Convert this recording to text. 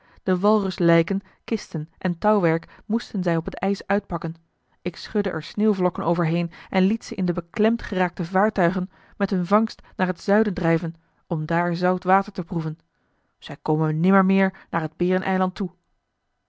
de walruslijken kisten en touwwerk moesten zij op het ijs uitpakken ik schudde er sneeuwvlokken over heen en liet ze in de beklemd geraakte vaartuigen met hun vangst naar het zuiden drijven om daar zout water te proeven zij komen nimmer meer naar het bereneiland toe